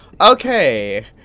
Okay